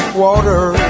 water